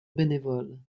bénévole